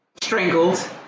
strangled